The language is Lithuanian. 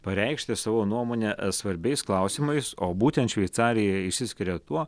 pareikšti savo nuomonę svarbiais klausimais o būtent šveicarija išsiskiria tuo